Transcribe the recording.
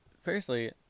firstly